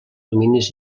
dominis